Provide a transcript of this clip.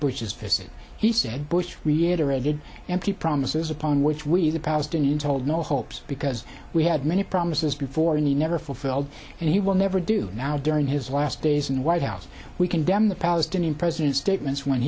visit he said bush reiterated empty promises upon which we the palestinians hold no hopes because we had many promises before and he never fulfilled and he will never do now during his last days in the white house we condemn the palestinian president's statements when